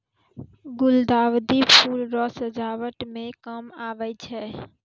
गुलदाउदी फूल रो सजावट मे काम आबै छै